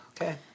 Okay